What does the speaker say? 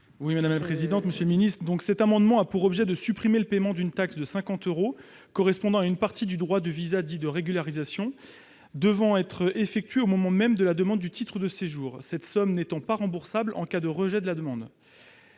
: La parole est à M. Xavier Iacovelli. Cet amendement a pour objet de supprimer le paiement d'une taxe de 50 euros, correspondant à une partie du droit de visa de régularisation, devant être effectué au moment même de la demande de titre de séjour, cette somme n'étant pas remboursable en cas de rejet de la demande.